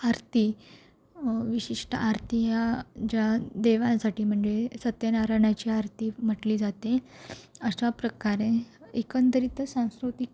आरती विशिष्ट आरती ह्या ज्या देवांसाठी म्हणजे सत्यनारायणाची आरती म्हटली जाते अशा प्रकारे एकंदरीतच सांस्कृतिक